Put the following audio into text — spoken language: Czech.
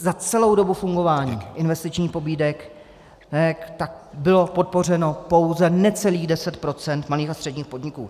Za celou dobu fungování investičních pobídek tak bylo podpořeno pouze necelých 10 % malých a středních podniků.